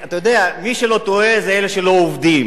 אתה יודע, מי שלא טועה זה אלה שלא עובדים.